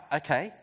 okay